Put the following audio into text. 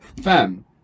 fam